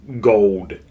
gold